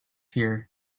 here